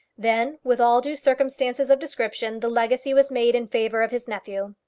then, with all due circumstances of description, the legacy was made in favour of his nephew.